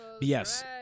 Yes